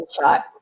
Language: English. shot